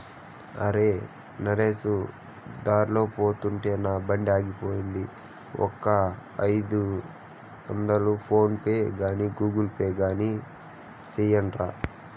అరే, నరేసు దార్లో పోతుంటే నా బండాగిపోయింది, ఒక ఐదొందలు ఫోన్ పే గాని గూగుల్ పే గాని సెయ్యరా